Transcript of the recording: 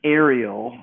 aerial